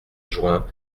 juin